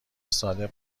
صادق